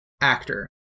actor